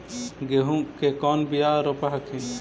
गेहूं के कौन बियाह रोप हखिन?